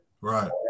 right